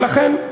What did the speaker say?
ולכן,